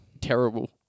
terrible